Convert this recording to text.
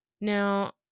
Now